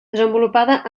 desenvolupada